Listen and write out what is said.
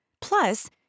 Plus